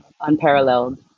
unparalleled